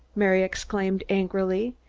mary exclaimed angrily.